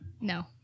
No